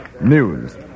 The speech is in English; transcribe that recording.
News